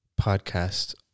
podcast